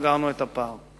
סגרנו את הפער.